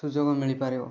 ସୁଯୋଗ ମିଳିପାରିବ